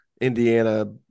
Indiana